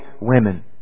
women